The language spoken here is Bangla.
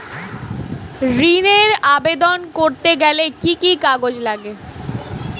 ঋণের আবেদন করতে গেলে কি কি কাগজ লাগে?